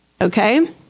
Okay